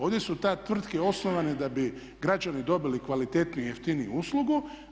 Ovdje su te tvrtke osnovane da bi građani dobili kvalitetniju i jeftiniju uslugu.